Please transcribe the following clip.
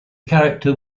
character